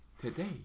today